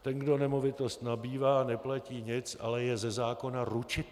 Ten, kdo nemovitost nabývá, neplatí nic, ale je ze zákona ručitelem.